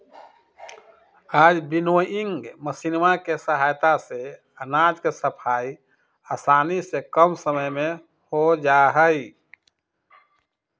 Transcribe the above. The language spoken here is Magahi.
आज विन्नोइंग मशीनवा के सहायता से अनाज के सफाई आसानी से कम समय में हो जाहई